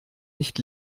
nicht